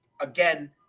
again